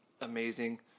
amazing